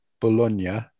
Bologna